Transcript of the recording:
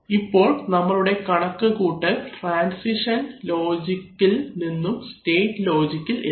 ഇപ്പോൾ നമ്മളുടെ കണക്കുകൂട്ടൽ ട്രാൻസിഷൻ ലോജിക്കിൽ നിന്നും സ്റ്റേറ്റ് ലോജിക്കിൽ എത്തി